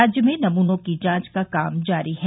राज्य में नमूनों की जांच का कार्य जारी है